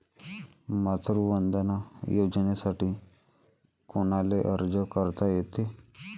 मातृवंदना योजनेसाठी कोनाले अर्ज करता येते?